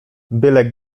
byle